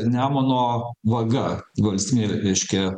nemuno vaga valstybinė reiškia